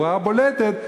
ברורה ובולטת,